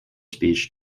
speech